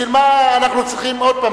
בשביל מה אנחנו צריכים עוד פעם?